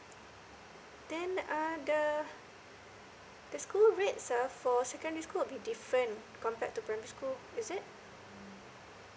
then uh the the school rates are for secondary school will be different compared to primary school is it